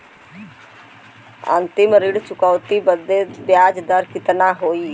अंतिम ऋण चुकौती बदे ब्याज दर कितना होई?